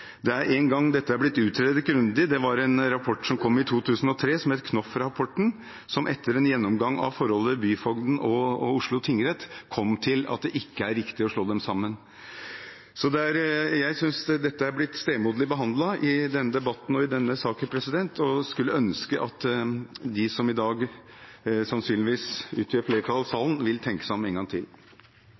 Dette har blitt utredet grundig én gang. Det kom en rapport i 2003, som het Knoff-rapporten, som etter en gjennomgang av forholdet mellom byfogden og Oslo tingrett kom til at det ikke er riktig å slå dem sammen. Jeg synes dette er blitt stemoderlig behandlet i denne debatten og i denne saken, og skulle ønske de som i dag sannsynligvis vil utgjøre flertallet i salen, ville tenke seg om en gang til.